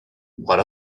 what